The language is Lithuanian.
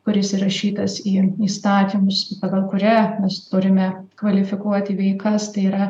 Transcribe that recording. kuris įrašytas į įstatymus pagal kurią mes turime kvalifikuoti veikas tai yra